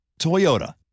Toyota